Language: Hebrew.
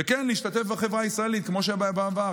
וכן להשתתף בחברה הישראלית, כמו שהיה בעבר.